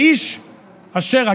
לאיש אשר,